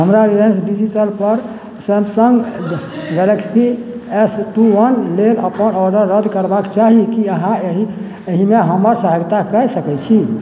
हमरा रिलायंस डिजिटलपर Samsung Galaxy S two लेल अपन ऑर्डर रद्द करबाक चाही की अहाँ एहि एहिमे हमर सहायता कऽ सकय छी